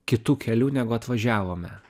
kitu keliu negu atvažiavome